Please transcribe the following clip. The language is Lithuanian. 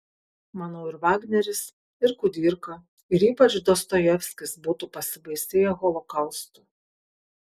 manau ir vagneris ir kudirka ir ypač dostojevskis būtų pasibaisėję holokaustu